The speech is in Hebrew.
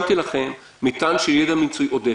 שמתי לכם מטען של ידע מקצועי עודף.